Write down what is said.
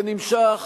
זה נמשך